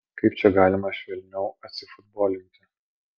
kaip čia galima švelniau atsifutbolinti